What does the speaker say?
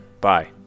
bye